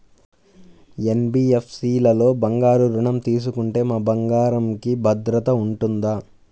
NBFC లలో బంగారు ఋణం తీసుకుంటే మా బంగారంకి భద్రత ఉంటుందా?